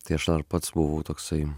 tai aš pats buvau toksai